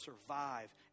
survive